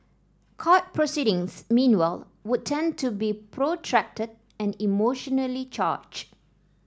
court proceedings meanwhile would tend to be protracted and emotionally charged